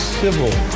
civil